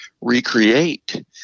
recreate